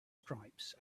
stripes